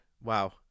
Wow